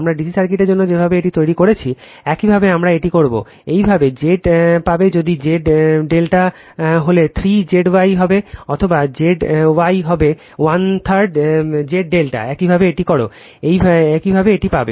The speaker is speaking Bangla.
আমরা ডিসি সার্কিটের জন্য যেভাবে এটি তৈরি করেছি একইভাবে আমরা এটি করি একইভাবে Z পাবে যদি Z ∆ হলে 3 Z Y হবে অথবা Z Y হবে 13 Z ∆ একইভাবে এটি করো একইভাবে এটি পাবে